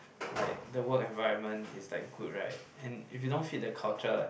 like the world environment is like good right and if you don't fit the culture like